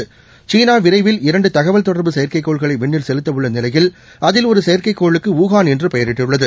PTI சீனா விரைவில் இரண்டுதகவல் தொடர்பு செயற்கைக்கோள்களை விண்ணில் செலுத்த உள்ள நிலையில் அதில் ஒரு செயற்கைக்கோளுக்கு வூகான் என்று பெயரிட்டுள்ளது